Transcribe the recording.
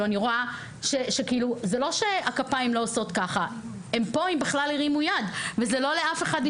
זה לא אישי לאף אחד.